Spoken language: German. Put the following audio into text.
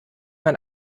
man